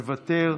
מוותר.